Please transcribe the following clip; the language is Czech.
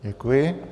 Děkuji.